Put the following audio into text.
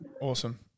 awesome